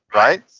right?